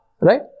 Right